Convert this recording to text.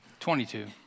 22